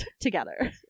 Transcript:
together